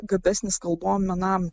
gabesnis kalbom anam